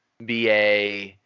BA